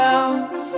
out